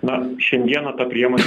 na šiandieną ta priemonė